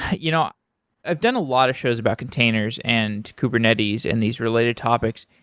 you know i have done a lot of shows about containers and kubernetes and these related topics.